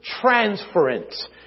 transference